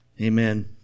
Amen